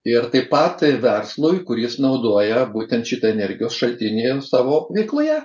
ir taip pat verslui kuris naudoja būtent šitą energijos šaltinį savo veikloje